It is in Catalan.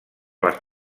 les